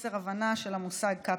חוסר הבנה של המושג קפסולה.